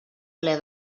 ple